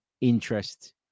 interest